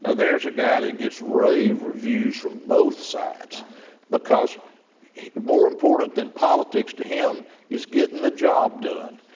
ah there's a guy that gets rave reviews from both sides because more important than politics to him is getting the job done,